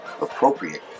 appropriate